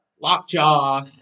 Lockjaw